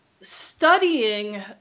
studying